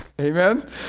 Amen